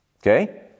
okay